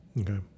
Okay